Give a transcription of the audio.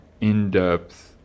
in-depth